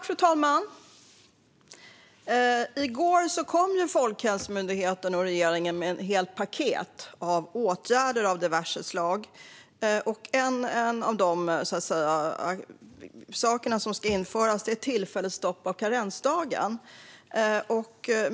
Fru talman! I går kom Folkhälsomyndigheten och regeringen med ett helt paket med åtgärder av diverse slag. En av dessa var ett tillfälligt stopp av karensdagen.